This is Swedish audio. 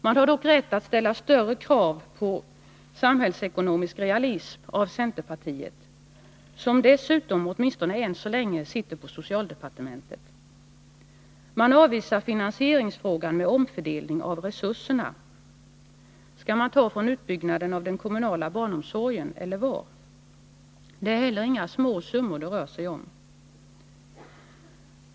Man har dock rätt att ställa större krav på samhällsekonomisk realism av centerpartiet, som dessutom åtminstone än så länge svarar för socialdepartementet. Reservanterna avvisar finansieringsfrågan genom att tala om en omfördelning av resurserna. Skall man ta medel från utbyggnaden av den kommunala barnomsorgen? Eller varifrån skall man ta medlen? Det är heller inga små summor som det rör sig om.